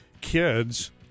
kids